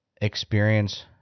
experience